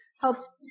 helps